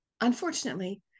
unfortunately